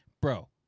bro